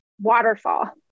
waterfall